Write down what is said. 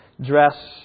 dress